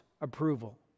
approval